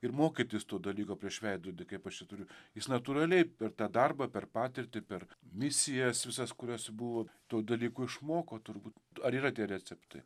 ir mokytis tų dalykų prieš veidrodį kap aš čia turiu jis natūraliai per tą darbą per patirtį per misijas visas kuriose buvo tų dalykų išmoko turbūt ar yra tie receptai